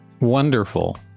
Wonderful